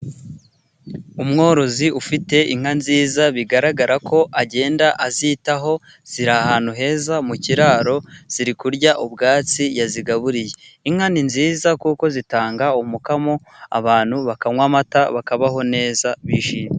Umworozi ufite inka nziza bigaragara ko agenda azitaho, ziri ahantu heza mu kiraro ziri kurya ubwatsi yazigaburiye. Inka ni nziza kuko zitanga umukamo abantu bakanywa amata, bakabaho neza bishimye.